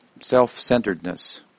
self-centeredness